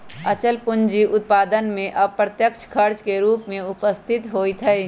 अचल पूंजी उत्पादन में अप्रत्यक्ष खर्च के रूप में उपस्थित होइत हइ